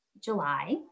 July